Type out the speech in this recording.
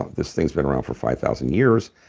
ah this thing's been around for five thousand years.